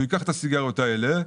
הוא ייקח את הסיגריות האלה,